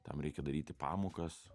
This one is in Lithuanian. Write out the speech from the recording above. tam reikia daryti pamokas